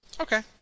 Okay